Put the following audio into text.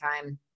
time